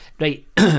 right